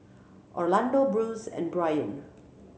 Orlando Bruce and Bryon